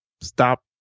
stop